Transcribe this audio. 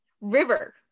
river